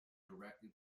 directly